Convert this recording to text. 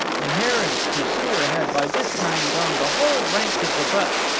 the hare and its pursuer had by this time gone the whole length of the butts,